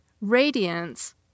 radiance